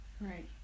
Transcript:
Right